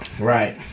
Right